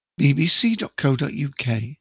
bbc.co.uk